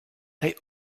they